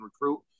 recruit